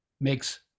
makes